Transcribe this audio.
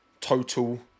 total